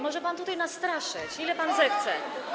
Może pan tutaj nas straszyć, ile pan zechce.